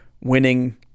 winning